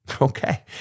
Okay